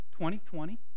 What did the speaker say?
20-20